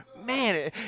man